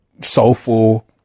Soulful